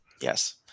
Yes